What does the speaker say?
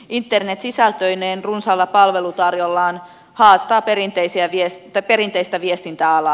internet sisältöineen runsaalla palvelutarjonnallaan haastaa perinteistä viestintäalaa